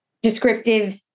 descriptive